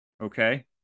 Okay